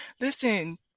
listen